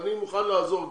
אני מוכן לעזור גם,